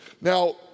Now